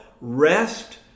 rest